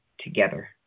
together